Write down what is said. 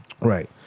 right